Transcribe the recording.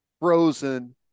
frozen